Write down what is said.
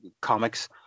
comics